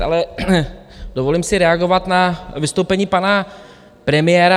Ale dovolím si reagovat na vystoupení pana premiéra.